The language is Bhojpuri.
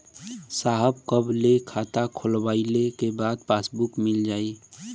साहब कब ले खाता खोलवाइले के बाद पासबुक मिल जाई?